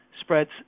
spreads